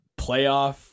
playoff